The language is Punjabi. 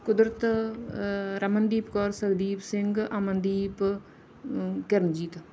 ਕੁਦਰਤ ਰਮਨਦੀਪ ਕੌਰ ਸਲਦੀਪ ਸਿੰਘ ਅਮਨਦੀਪ ਕਿਰਨਜੀਤ